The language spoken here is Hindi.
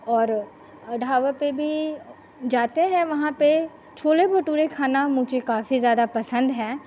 और ढाबे पर भी जाते हैं वहाँ पर छोले भटूरे खाना मुझे काफी ज्यादा पसंद है